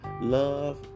Love